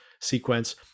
sequence